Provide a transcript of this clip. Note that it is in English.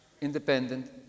independent